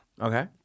Okay